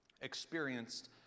experienced